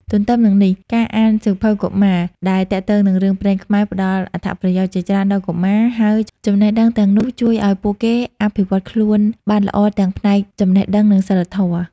ទន្ទឹមនឹងនេះ ការអានសៀវភៅកុមារដែលទាក់ទងនឹងរឿងព្រេងខ្មែរផ្ដល់អត្ថប្រយោជន៍ជាច្រើនដល់កុមារ ហើយចំណេះដឹងទាំងនោះជួយឲ្យពួកគេអភិវឌ្ឍខ្លួនបានល្អទាំងផ្នែកចំណេះដឹង និងសីលធម៌។